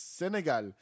Senegal